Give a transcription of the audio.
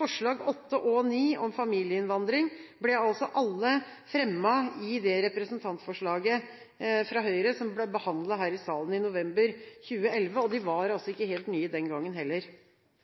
forslagene nr. 8 og 9 om familieinnvandring ble alle fremmet i representantforslaget fra Høyre som ble behandlet her i salen i november 2011, og de var ikke helt nye den gangen heller.